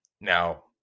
now